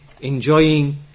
enjoying